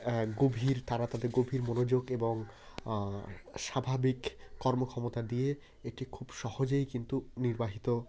এক গভীর তারা তাদের গভীর মনোযোগ এবং স্বাভাবিক কর্মক্ষমতা দিয়ে এটি খুব সহজেই কিন্তু নির্বাহিত